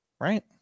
Right